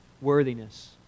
worthiness